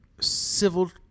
civil